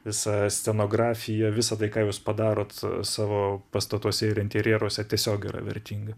visa scenografija visa tai ką jūs padarot savo pastatuose ir interjeruose tiesiog yra vertinga